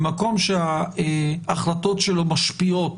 במקום שההחלטות שלו משפיעות